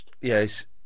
Yes